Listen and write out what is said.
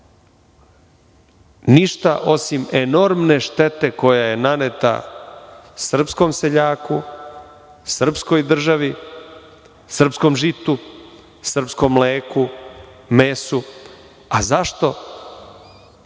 Ništa osim enormne štete koja je naneta srpskom seljaku, srpskoj državi, srpskom žitu, srpskom mleku, mesu, a zašto?